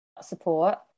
support